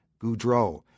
Goudreau